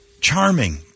charming